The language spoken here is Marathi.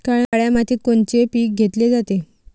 काळ्या मातीत कोनचे पिकं घेतले जाते?